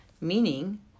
meaning